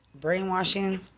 brainwashing